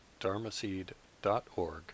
dharmaseed.org